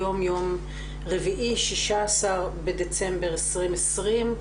היום יום רביעי, 16 בדצמבר 2020,